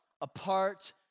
apart